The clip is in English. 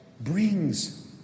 brings